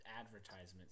advertisements